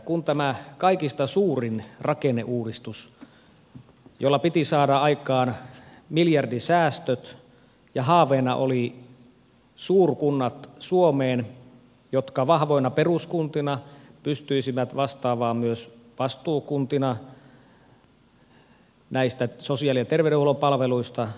tuli tämä kaikista suurin rakenneuudistus jolla piti saada aikaan miljardisäästöt ja jossa haaveena oli suurkunnat suomeen jotka vahvoina peruskuntina pystyisivät vastaamaan myös vastuukuntina näistä sosiaali ja terveydenhuollon palveluista